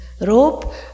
rope